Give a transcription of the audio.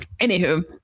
anywho